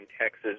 Texas